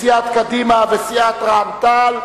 סיעת קדימה וסיעת רע"ם-תע"ל,